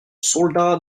soldats